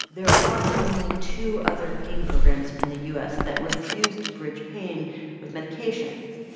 there are only two other pain programs in the u s. that refuse to bridge pain with medications.